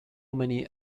many